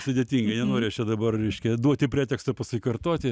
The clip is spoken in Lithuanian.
sudėtingai nenoriu aš čia dabar reiškia duoti preteksto pasikartoti